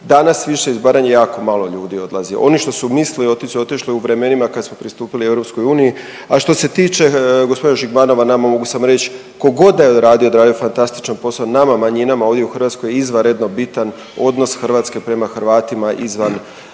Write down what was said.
Danas više iz Baranje jako malo ljudi odlazi. Oni što su mislili otići su otišli u vremenima kad smo pristupili EU. A što se tiče gospodina Žigmanova nama mogu samo reći, tko god da je odradio, odradio je fantastičan posao. Nama manjima u Hrvatskoj je izvanredno bitan odnos Hrvatske prema Hrvatima izvan